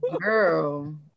Girl